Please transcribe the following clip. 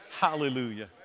Hallelujah